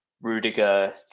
Rudiger